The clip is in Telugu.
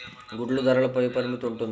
గుడ్లు ధరల పై పరిమితి ఉంటుందా?